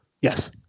Yes